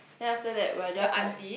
then after that we are just like